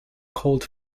called